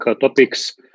topics